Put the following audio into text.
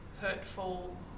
hurtful